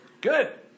Good